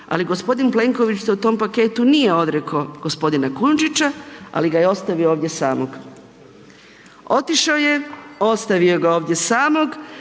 ali gospodin Plenković se u tom paketu nije odrekao gospodina Kujundžića, ali ga je ostavio ovdje samog. Otišao je, ostavio ga ovdje samog